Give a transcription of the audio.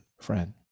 friend